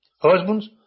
Husbands